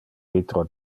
vitro